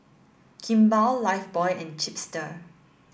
Kimball Lifebuoy and Chipster